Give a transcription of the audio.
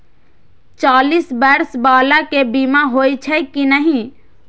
चालीस बर्ष बाला के बीमा होई छै कि नहिं?